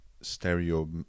stereo